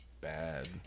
bad